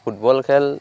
football খেল